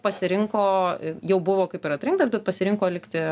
pasirinko jau buvo kaip ir atrinktas bet pasirinko likti